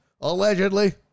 allegedly